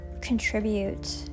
contribute